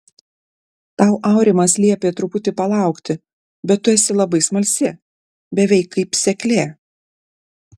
tau aurimas liepė truputį palaukti bet tu esi labai smalsi beveik kaip seklė